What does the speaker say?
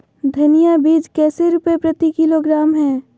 धनिया बीज कैसे रुपए प्रति किलोग्राम है?